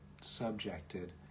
subjected